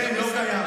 אין, לא קיים.